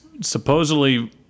supposedly